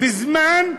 בזמן,